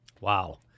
Wow